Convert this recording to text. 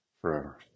forever